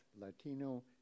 Latino